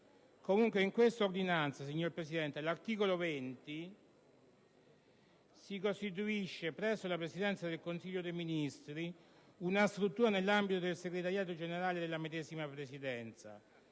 scrivania. In detta ordinanza, signora Presidente, all'articolo 20 si costituisce presso la Presidenza del Consiglio dei ministri una struttura nell'ambito del Segretariato generale della medesima. Le chiedo,